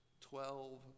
twelve